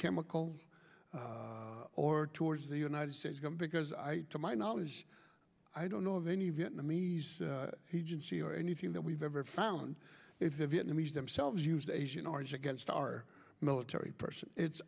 chemical or towards the united states because to my knowledge i don't know of any vietnamese he didn't see or anything that we've ever found if the vietnamese themselves used asian origin against our military person it's